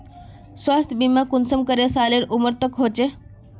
स्वास्थ्य बीमा कुंसम करे सालेर उमर तक होचए?